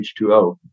H2O